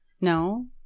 no